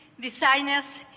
designers,